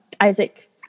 Isaac